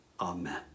Amen